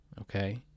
Okay